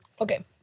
Okay